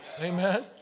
Amen